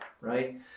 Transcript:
right